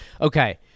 Okay